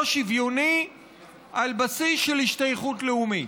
שוויוני על בסיס של השתייכות לאומית,